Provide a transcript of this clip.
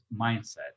mindset